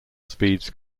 speeds